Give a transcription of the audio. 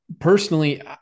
personally